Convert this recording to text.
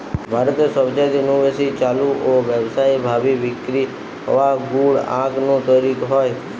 ভারতে সবচাইতে নু বেশি চালু ও ব্যাবসায়ী ভাবি বিক্রি হওয়া গুড় আখ নু তৈরি হয়